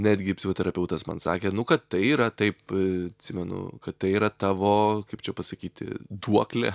netgi psichoterapeutas man sakė nu kad tai yra taip atsimenu kad tai yra tavo kaip čia pasakyti duoklė